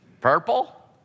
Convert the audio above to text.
Purple